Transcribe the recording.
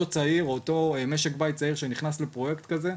צעיר או אותו משק בית צעיר שנכנס לפרויקט כזה,